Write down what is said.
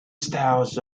styles